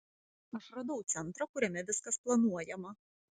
aš radau centrą kuriame viskas planuojama